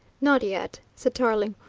not yet, said tarling.